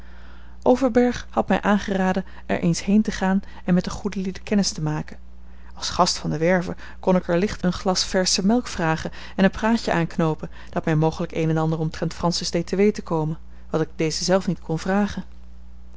overberg had mij aangeraden er eens heen te gaan en met de goede lieden kennis te maken als gast van de werve kon ik er licht een glas versche melk vragen en een praatje aanknoopen dat mij mogelijk een en ander omtrent francis deed te weten komen wat ik deze zelf niet kon vragen